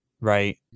right